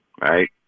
Right